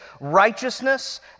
righteousness